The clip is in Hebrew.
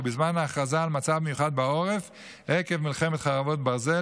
ובזמן ההכרזה על מצב מיוחד בעורף עקב מלחמת חרבות ברזל,